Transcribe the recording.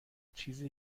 چیزی